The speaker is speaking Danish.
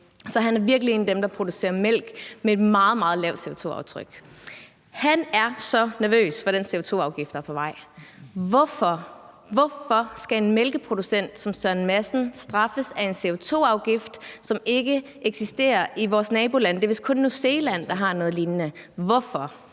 Så han er virkelig en af dem, der producerer mælk med et meget, meget lavt CO2-aftryk. Han er så nervøs for den CO2-afgift, der er på vej. Hvorfor skal en mælkeproducent som Søren Madsen straffes med en CO2-afgift, som ikke eksisterer i vores nabolande? Det er vist kun New Zealand, der har noget lignende. Hvorfor?